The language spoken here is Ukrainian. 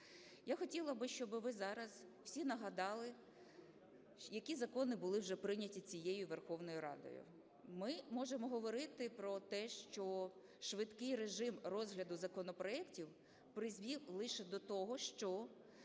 Я хотіла би, щоби ви зараз всі нагадали, які закони були вже прийняті цією Верховною Радою. Ми можемо говорити про те, що швидкий режим розгляду законопроектів призвів лише до того, що